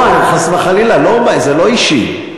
חס וחלילה, זה לא אישי.